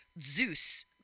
Zeus